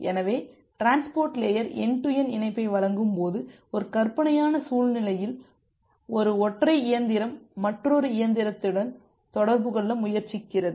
எனவே transport layer end to end இணைப்பை வழங்கும்போது ஒரு கற்பனையான சூழ்நிலையில் ஒரு ஒற்றை இயந்திரம் மற்றொரு இயந்திரத்துடன் தொடர்பு கொள்ள முயற்சிக்கிறது